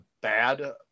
bad